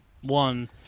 one